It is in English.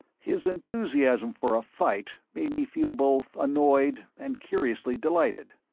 his enthusiasm for a fight made me feel both annoyed and curiously delighted.